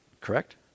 correct